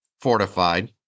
fortified